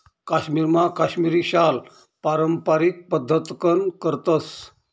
काश्मीरमा काश्मिरी शाल पारम्पारिक पद्धतकन करतस